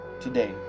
today